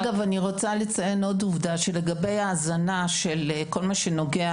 אני רוצה לציין עוד עובדה שלגבי ההזנה של כל מה שנוגע